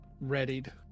readied